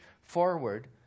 forward